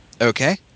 Okay